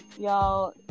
y'all